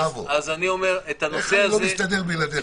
אני לא מסתדר בלעדיך.